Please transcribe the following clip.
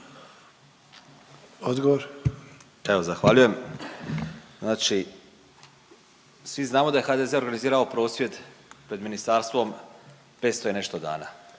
Evo zahvaljujem. Znači svi znamo da je HDZ organizirao prosvjed pred ministarstvom 500 i nešto dana,